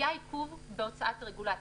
היה עיכוב בהוצאת רגולציה.